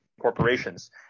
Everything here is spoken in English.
corporations